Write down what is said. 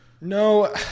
No